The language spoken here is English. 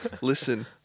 Listen